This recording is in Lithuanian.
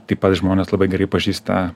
taip pat žmonės labai gerai pažįsta